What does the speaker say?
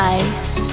ice